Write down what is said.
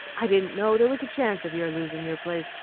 i didn't know there was a chance of your losing your place,